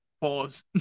Pause